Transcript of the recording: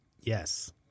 Yes